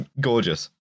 Gorgeous